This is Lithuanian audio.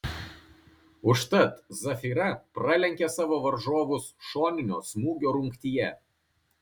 užtat zafira pralenkė savo varžovus šoninio smūgio rungtyje